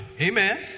Amen